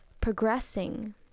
progressing